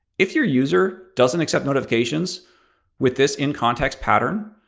if your user doesn't accept notifications with this in-context pattern,